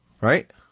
Right